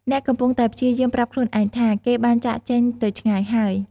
អ្នកកំពុងតែព្យាយាម ប្រាប់ខ្លួនឯងថា គេបានចាកចេញទៅឆ្ងាយហើយ។